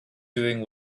doing